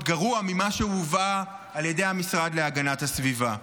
גרוע ממה שהובא על ידי המשרד להגנת הסביבה.